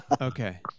Okay